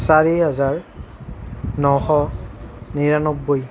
চাৰি হাজাৰ নশ নিৰানব্বৈ